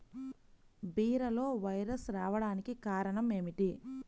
బీరలో వైరస్ రావడానికి కారణం ఏమిటి?